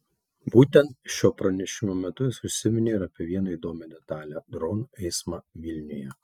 būtent šio pranešimo metu jis užsiminė ir apie vieną įdomią detalę dronų eismą vilniuje